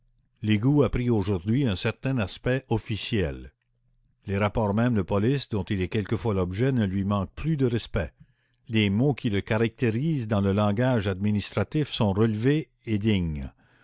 l'égout a pris aujourd'hui un certain aspect officiel les rapports mêmes de police dont il est quelquefois l'objet ne lui manquent plus de respect les mots qui le caractérisent dans le langage administratif sont relevés et dignes